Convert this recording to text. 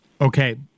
Okay